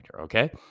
Okay